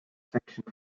section